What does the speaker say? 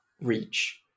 reach